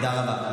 תודה רבה.